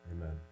Amen